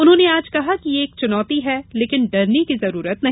उन्होंने आज कहा कि ये एक च्नौती है लेकिन डरने की आवश्यकता नहीं